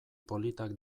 politak